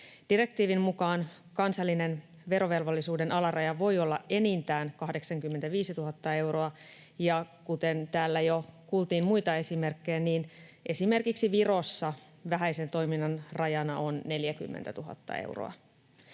Direktiivin mukaan kansallinen verovelvollisuuden alaraja voi olla enintään 85 000 euroa, ja kuten täällä jo kuultiin muita esimerkkejä, niin esimerkiksi Virossa vähäisen toiminnan rajana on 40 000 euroa.